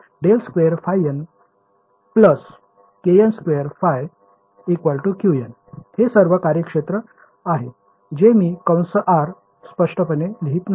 ∇2ϕn kn2 ϕ Qn हे सर्व कार्यक्षेत्र आहेत जे मी कंस r स्पष्टपणे लिहित नाही